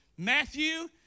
Matthew